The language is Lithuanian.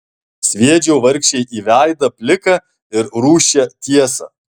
sviedžiau vargšei į veidą pliką ir rūsčią tiesą